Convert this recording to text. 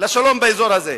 לשלום באזור הזה.